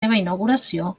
inauguració